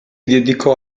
dedicò